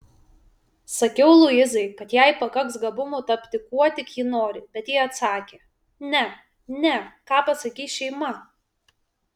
sakiau luizai kad jai pakaks gabumų tapti kuo tik ji nori bet ji atsakė ne ne ką pasakys šeima